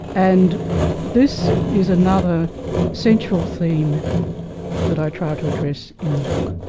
and this is another central theme that i try to address in the book.